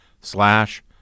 slash